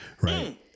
Right